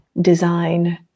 design